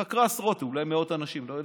היא חקרה עשרות, אולי מאות, אנשים, לא יודע.